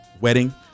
wedding